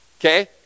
Okay